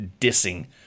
dissing